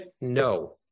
no